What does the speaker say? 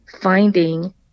finding